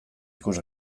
ikus